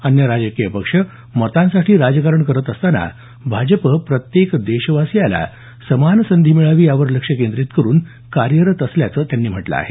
अन्य राजकीय पक्ष मतांसाठी राजकारण करत असताना भाजप प्रत्येक देशवासीयाला समान संधी मिळावी यावर लक्ष केंद्रित करून कार्यरत असल्याचं त्यांनी म्हटलं आहे